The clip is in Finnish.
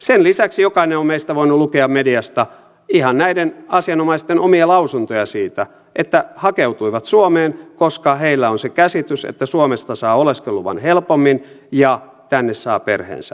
sen lisäksi jokainen meistä on voinut lukea mediasta ihan näiden asianomaisten omia lausuntoja siitä että hakeutuivat suomeen koska heillä on se käsitys että suomesta saa oleskeluluvan helpommin ja tänne saa perheensä helpommin